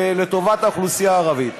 לטובת האוכלוסייה הערבית.